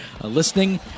listening